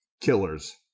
killers